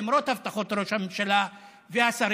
למרות הבטחות ראש הממשלה והשרים,